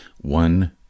one